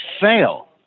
fail